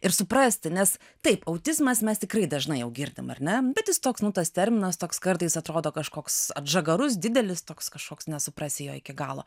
ir suprasti nes taip autizmas mes tikrai dažnai jau girdim ar ne bet toks nu tas terminas toks kartais atrodo kažkoks atžagarus didelis toks kažkoks nesuprasi jo iki galo